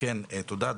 תודה.